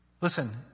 Listen